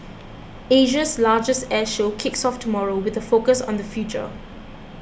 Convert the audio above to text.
Asia's largest air show kicks off tomorrow with a focus on the future